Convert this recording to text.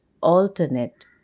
alternate